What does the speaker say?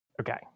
Okay